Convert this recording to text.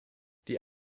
die